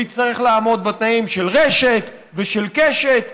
ויצטרך לעמוד בתנאים של רשת ושל קשת?